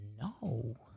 No